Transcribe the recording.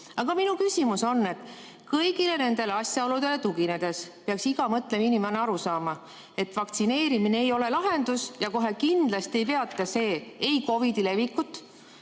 Aga minu küsimus. Kõigile nendele asjaoludele tuginedes peaks iga mõtlev inimene aru saama, et vaktsineerimine ei ole lahendus ja kohe kindlasti ei peata see ei COVID‑i levikut